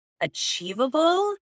achievable